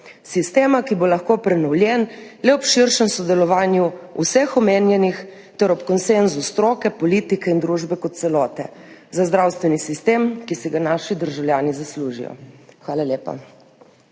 Sistema, ki bo lahko prenovljen le ob širšem sodelovanju vseh omenjenih ter ob konsenzu stroke, politike in družbe kot celote za zdravstveni sistem, ki si ga naši državljani zaslužijo. Hvala lepa.